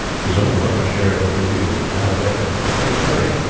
his own large share of the booty with that of edmund he had buried,